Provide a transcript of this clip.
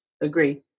Agree